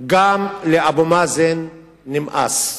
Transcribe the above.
גם לאבו מאזן נמאס.